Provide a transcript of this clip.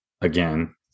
again